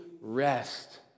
rest